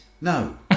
No